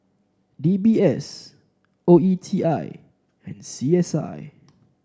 D B S O E T I and C S I